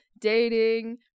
dating